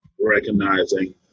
recognizing